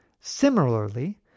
Similarly